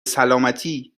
سلامتی